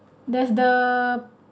there's the